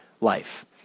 life